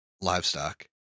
livestock